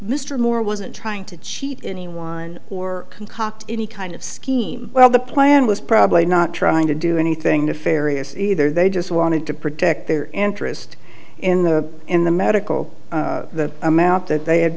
mr moore wasn't trying to cheat anyone or concoct any kind of scheme well the plan was probably not trying to do anything nefarious either they just wanted to protect their interest in the in the medical the amount that they had